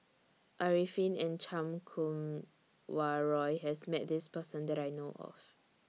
Arifin and Chan Kum Wah Roy has Met This Person that I know of